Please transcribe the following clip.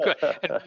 good